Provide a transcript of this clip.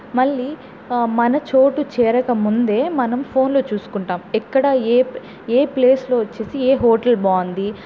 మళ్ళీ మన చోటు చేరకముందే మనం ఫోన్లో చూసుకుంటాం ఎక్కడ ఏ ఏ ప్లేస్లో వచ్చేసి ఏ హోటల్ బాగుంది